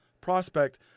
prospect